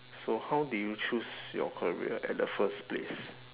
so how do you choose your career at the first place